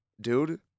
Dude